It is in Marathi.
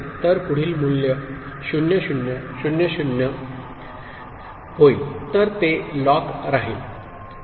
तर पुढील मूल्य 0 0 0 0 होईल तर ते लॉक राहील